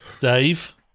Dave